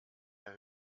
mehr